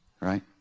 right